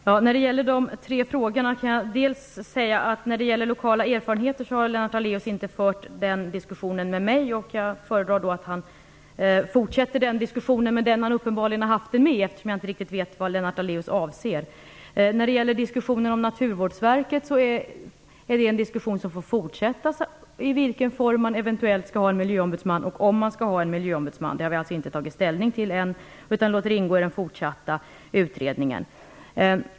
Fru talman! Som svar på de tre frågorna kan jag till att börja med säga att Lennart Daléus inte har fört diskussionen om lokala erfarenheter med mig. Jag föredrar att han fortsätter den diskussionen med den han uppenbarligen har haft den med, eftersom jag inte riktigt vet vad Lennart Daléus avser. Frågan om Naturvårdsverket får ingå i den fortsatta diskussionen om i vilken form man eventuellt skall ha en miljöombudsman och om man skall ha en miljöombudsman. Det har vi alltså inte tagit ställning till ännu, utan vi låter den frågan ingå i den fortsatta utredningen.